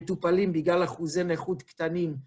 מטופלים בגלל אחוזי נכות קטנים.